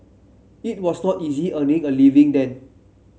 it was not easy earning a living then